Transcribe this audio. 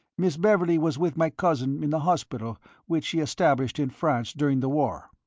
miss beverley was with my cousin in the hospital which she established in france during the war.